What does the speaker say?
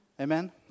Amen